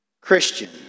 Christian